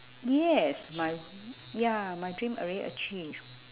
yes my ya my dream already achieve